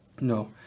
No